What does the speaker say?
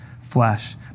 flesh